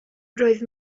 roedd